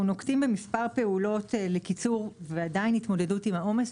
אנחנו נוקטים מספר פעולות לקיצור ועדיין מתמודדים עם העומס.